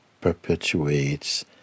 perpetuates